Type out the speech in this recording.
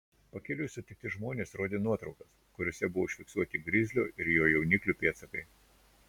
pakeliui sutikti žmonės rodė nuotraukas kuriose buvo užfiksuoti grizlio ir jo jauniklių pėdsakai